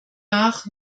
nach